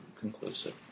conclusive